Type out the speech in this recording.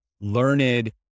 learned